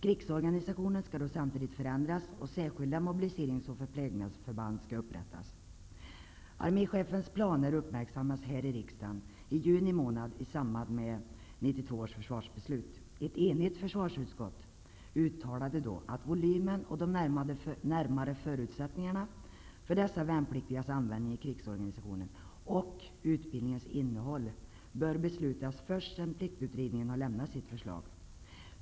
Krigsorganisationen skall då samtidigt förändras, och särskilda mobiliseringsoch förplägnadsförband skall upprättas. Arme chefens planer uppmärksammades här i riksdagen i juni månad i samband med 1992 års försvarsbeslut. Ett enigt försvarsutskott uttalade då att volymen och de närmare förutsättningarna för dessa värnpliktigas användning i krigsorganisationen och utbildningens innehåll bör beslutas först sedan pliktutredningen har lämnat sitt förslag.